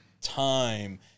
time